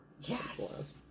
Yes